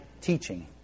teaching